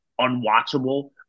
unwatchable